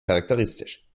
charakteristisch